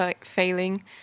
failing